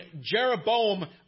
Jeroboam